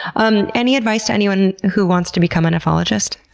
um any advice to anyone who wants to become a nephologist?